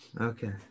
Okay